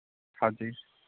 ਹਾਂਜੀ